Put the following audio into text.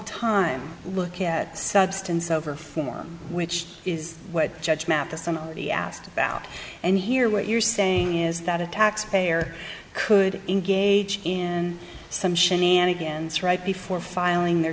time look at substance over form which is what judge mathis and he asked about and here what you're saying is that a taxpayer could engage in some shenanigans right before filing their